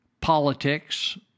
politics